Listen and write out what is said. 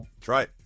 Try